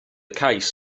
cais